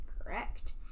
Correct